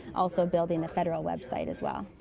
also building the federal website, as well.